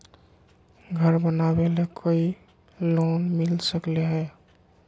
घर बनावे ले कोई लोनमिल सकले है?